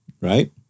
right